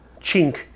chink